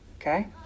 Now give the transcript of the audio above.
Okay